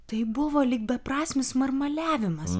tai buvo lyg beprasmis marmaliavimas